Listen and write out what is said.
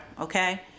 Okay